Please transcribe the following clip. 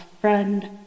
friend